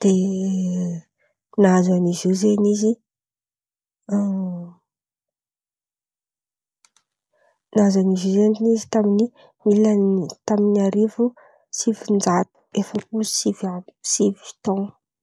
De nahazo an'izy io zen̈y izy nahazo an'izy io zen̈y izy tamin'ny mila ne- tamin'ny arivo sivin-jato efapolo sivy amby sivy taon̈o.